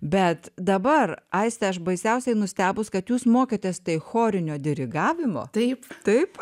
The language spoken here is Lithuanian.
bet dabar aistė aš baisiausiai nustebus kad jūs mokėtės tai chorinio dirigavimo taip taip